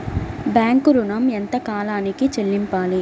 Bank ఋణం ఎంత కాలానికి చెల్లింపాలి?